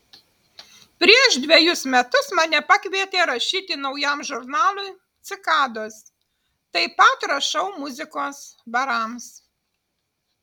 prieš dvejus metus mane pakvietė rašyti naujam žurnalui cikados taip pat rašau muzikos barams